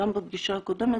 גם בפגישה הקודמת,